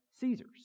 Caesar's